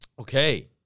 Okay